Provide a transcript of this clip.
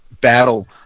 battle